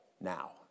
now